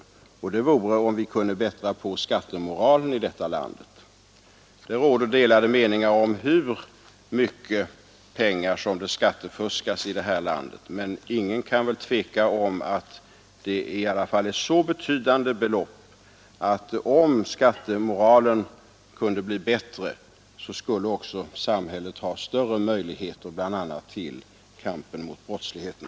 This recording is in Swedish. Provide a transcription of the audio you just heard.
Det vore om vi kunde bättra på skattemoralen i landet. Meningarna är delade om hur mycket pengar som undandras genom skattefusk, men det råder intet tvivel om att det i alla fall är så betydande belopp att om skattemoralen kunde bli bättre skulle samhället också ha större möjligheter att bl.a. bekämpa brottsligheten.